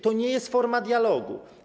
To nie jest forma dialogu.